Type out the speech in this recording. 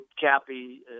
Cappy